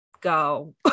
go